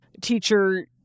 teacher